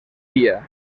dia